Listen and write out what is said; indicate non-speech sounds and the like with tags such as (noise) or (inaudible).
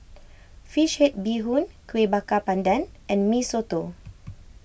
Fish Head Bee Hoon Kuih Bakar Pandan and Mee Soto (noise)